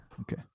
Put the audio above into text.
Okay